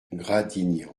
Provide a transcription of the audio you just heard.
gradignan